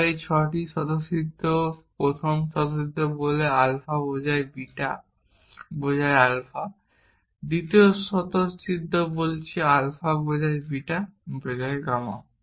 যার এই ছয়টি স্বতঃসিদ্ধ প্রথম স্বতঃসিদ্ধ বলে আলফা বোঝায় বিটা বোঝায় আলফা দ্বিতীয় স্বতঃসিদ্ধ বলছে আলফা বোঝায় বিটা বোঝায় গামা